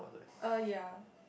uh ya